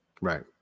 Right